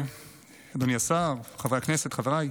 אדוני השר, חברי הכנסת, חבריי,